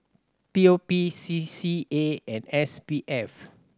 P O P C C A and S B F